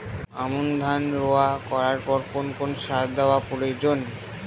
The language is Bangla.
আমন ধান রোয়া করার পর কোন কোন সার দেওয়া প্রয়োজন?